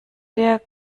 der